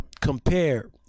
compare